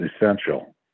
essential